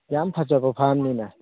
ꯌꯥꯝ ꯐꯖꯕ ꯐꯥꯔꯝꯅꯤꯅꯦ